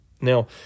Now